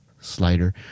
slider